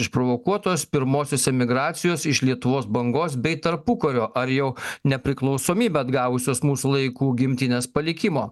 išprovokuotos pirmosios emigracijos iš lietuvos bangos bei tarpukario ar jau nepriklausomybę atgavusios mūsų laikų gimtinės palikimo